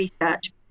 research